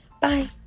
Bye